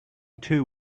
too